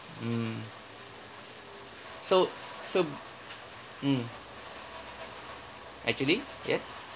mm so so mm actually yes